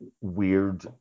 weird